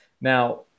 now